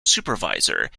supervisor